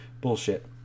Bullshit